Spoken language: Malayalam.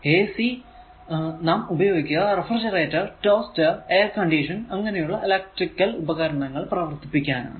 ac നാം ഉപയോഗിക്കുക റെഫ്രിജറേറ്റർ ടോസ്റ്റർ എയർ കണ്ടിഷണർ അങ്ങനെയുള്ള ഇലെക്ട്രിക്കൽ ഉപകരണങ്ങൾ പ്രവർത്തിപ്പിക്കാനാണ്